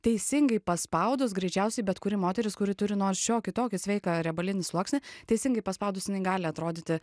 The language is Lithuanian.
teisingai paspaudus greičiausiai bet kuri moteris kuri turi nors šiokį tokį sveiką riebalinį sluoksnį teisingai paspaudus jinai gali atrodyti